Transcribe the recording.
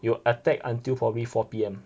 you attack until probably four P_M